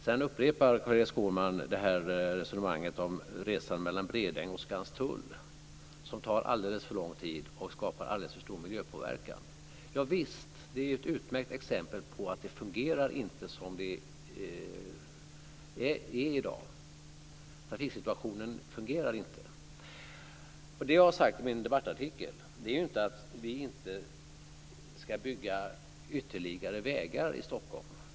Sedan upprepar Carl-Erik Skårman resonemanget om resan mellan Bredäng och Norrtull som tar alldeles för lång tid och skapar alldeles för stor miljöpåverkan. Javisst. Det är utmärkt exempel på att det inte fungerar som det är i dag. Trafiksituationen fungerar inte. Det jag har sagt i min debattartikel är inte att vi inte ska bygga ytterligare vägar i Stockholm.